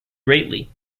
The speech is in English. greatly